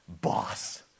boss